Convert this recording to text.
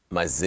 Mas